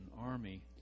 Army